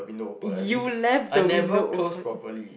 you left the window open